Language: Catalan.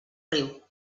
riu